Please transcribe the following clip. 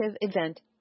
event